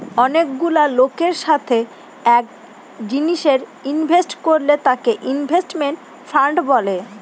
অনেকগুলা লোকের সাথে এক জিনিসে ইনভেস্ট করলে তাকে ইনভেস্টমেন্ট ফান্ড বলে